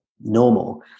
normal